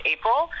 April